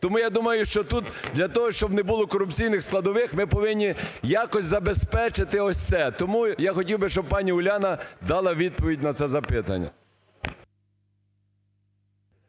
Тому, я думаю, що тут для того, щоб не було корупційних складових, ми повинні якось забезпечити ось це. Тому я хотів би, щоб пані Уляна дала відповідь на це запитання.